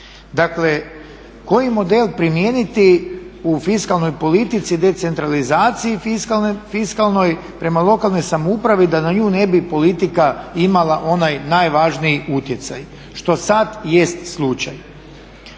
Dakle, koji model primijeniti u fiskalnoj politici, decentralizaciji fiskalnoj prema lokalnoj samoupravi da na nju ne bi politika imala onaj najvažniji utjecaj što sad jest slučaj?